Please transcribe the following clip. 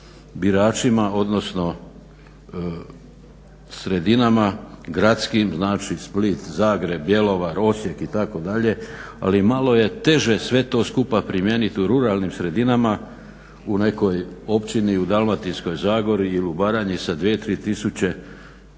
biračima, odnosno sredinama gradskim, znači Split, Zagreb, Bjelovar, Osijek itd., ali malo je teže sve to skupa primijenit u ruralnim sredinama, u nekoj općini u Dalmatinskoj zagori ili u Baranji sa 2-3 tisuće